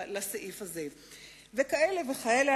לסעיף הזה ולאלה ולאלה.